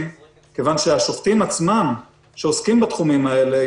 מכיוון שהשופטים עצמם שעוסקים בתחומים האלה,